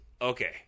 okay